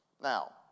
Now